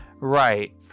Right